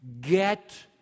get